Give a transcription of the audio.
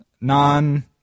non